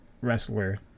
wrestler